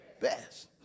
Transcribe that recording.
best